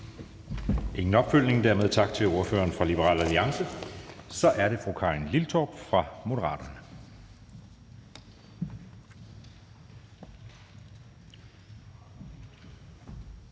ingen opfølgning. Dermed tak til ordføreren fra Liberal Alliance. Så er det fru Karin Liltorp fra Moderaterne.